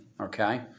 Okay